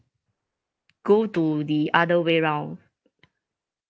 go to the other way round